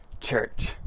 church